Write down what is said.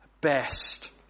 best